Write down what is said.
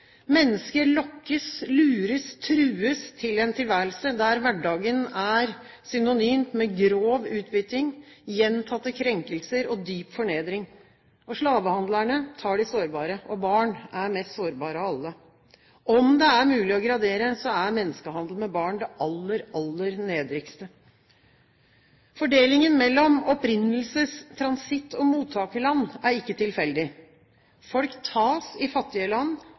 Mennesker lokkes, lures, trues til en tilværelse der hverdagen er synonym med grov utbytting, gjentatte krenkelser og dyp fornedring. Slavehandlerne tar de sårbare, og barn er mest sårbare av alle. Om det er mulig å gradere, er menneskehandel med barn det aller, aller nedrigste. Fordelingen mellom opprinnelses-, transitt- og mottakerland er ikke tilfeldig. Folk tas i fattige land